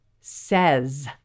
says